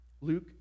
Luke